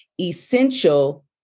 Essential